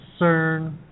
CERN